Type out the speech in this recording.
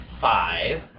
five